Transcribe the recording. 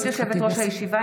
ברשות יושבת-ראש הישיבה,